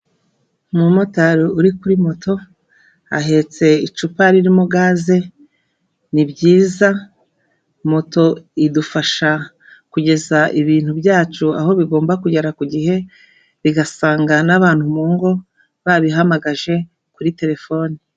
Umumotari uri kuri moto ahetse icupa ririmo gaze, ni byiza. Moto idufasha kugeza ibintu byacu aho bigomba kugera ku gihe, bigasanga n'abantu mu ngo, babihamagaje kuri telefone.